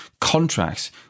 contracts